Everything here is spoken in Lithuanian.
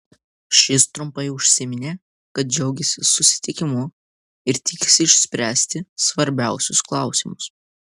šis trumpai užsiminė kad džiaugiasi susitikimu ir tikisi išspręsti svarbiausius klausimus